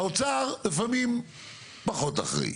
האוצר לפעמים פחות אחראי.